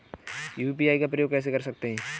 UPI का उपयोग कैसे कर सकते हैं?